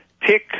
pick